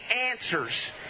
answers